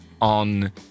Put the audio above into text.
on